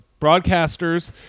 broadcasters